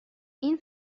این